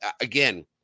again